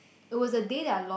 it was the day I lost